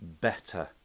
better